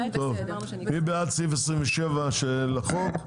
מי בעד סעיף 27 של החוק,